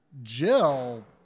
Jill